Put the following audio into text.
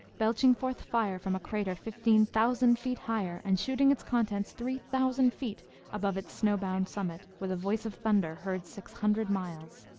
belching forth fire from a crater fifteen thousand feet higher, and shooting its contents three thousand feet above its snow-bound summit, with a voice of thunder heard six hundred miles!